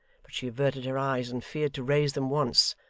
but she averted her eyes and feared to raise them once,